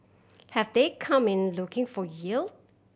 have they come in looking for yield